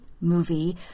movie